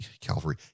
Calvary